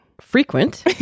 frequent